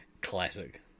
Classic